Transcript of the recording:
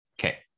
okay